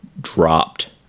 dropped